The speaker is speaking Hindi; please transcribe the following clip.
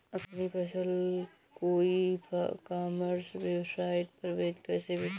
अपनी फसल को ई कॉमर्स वेबसाइट पर कैसे बेचें?